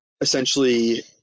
essentially